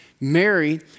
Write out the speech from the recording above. Mary